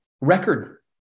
record